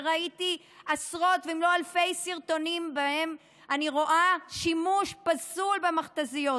וראיתי עשרות אם לא אלפי סרטונים שבהם אני רואה שימוש פסול במכת"זיות,